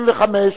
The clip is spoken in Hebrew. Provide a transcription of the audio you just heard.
175)